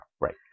right